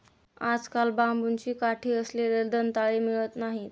आजकाल बांबूची काठी असलेले दंताळे मिळत नाहीत